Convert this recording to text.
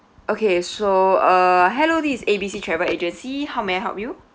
okay so uh hello this is A B C travel agency how may I help you